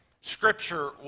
Scripture